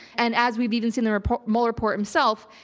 and as we've even seen the report mueller report himself,